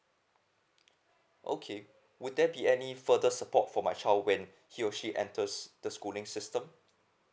okay would there be any further support for my child when he or she enters the schooling system